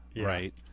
right